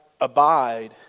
abide